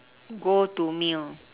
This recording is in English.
go to meal